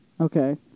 okay